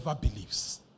believes